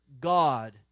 god